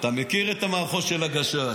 אתה מכיר את המערכון של הגשש,